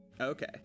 okay